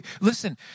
Listen